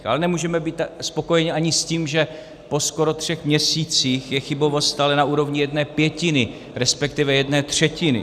Ale nemůžeme být spokojeni ani s tím, že po skoro třech měsících je chybovost stále na úrovni jedné pětiny, respektive jedné třetiny.